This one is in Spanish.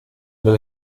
los